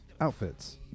outfits